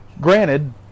granted